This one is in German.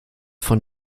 von